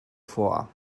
vor